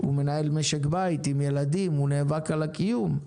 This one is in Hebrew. הוא מנהל משק בית עם ילדים, הוא נאבק על הקיום.